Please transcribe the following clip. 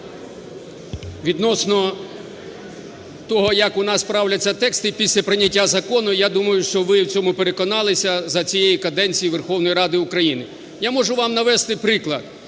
відносно того, як у нас правляться тексти після прийняття закону, я думаю, що ви у цьому переконалися за цієї каденції Верховної Ради України. Я можу вам навести приклад.